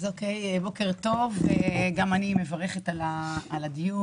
בוקר טוב, גם אני מברכת על הדיון.